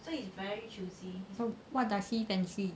what does he fancy